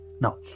Now